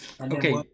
Okay